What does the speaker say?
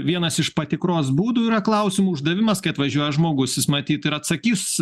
vienas iš patikros būdų yra klausimų uždavimas kai važiuoja žmogus jis matyt ir atsakys